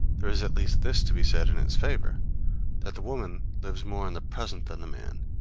there is at least this to be said in its favor that the woman lives more in the present than the man,